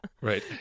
Right